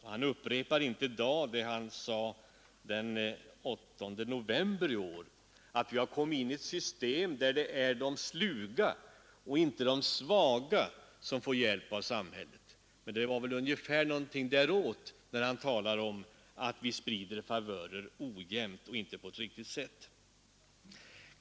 Han upprepar inte i dag det han sade den 8 november i år — att vi har kommit in i ett system där det är de sluga och inte de svaga som får hjälp av samhället — men det var någonting i den vägen som han även i dag menade.